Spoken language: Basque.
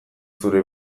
zure